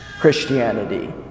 Christianity